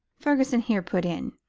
fergusson here put in.